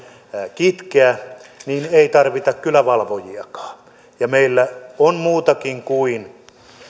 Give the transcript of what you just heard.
kitkeä niin ei tarvita kyllä valvojiakaan meillä on muitakin kuin